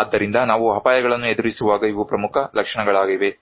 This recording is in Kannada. ಆದ್ದರಿಂದ ನಾವು ಅಪಾಯಗಳನ್ನು ಎದುರಿಸುವಾಗ ಇವು ಪ್ರಮುಖ ಲಕ್ಷಣಗಳಾಗಿವೆ